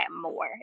more